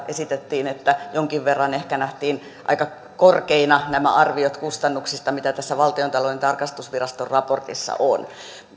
esitettiin että jonkin verran ehkä nähtiin aika korkeina nämä arviot kustannuksista mitkä tässä valtiontalouden tarkastusviraston raportissa ovat